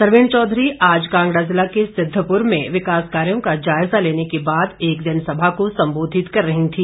सरवीण चौधरी आज कांगड़ा जिला के सिद्वपुर में विकास कार्यो का जायजा लेने के बाद एक जनसभा को संबोधित कर रही थी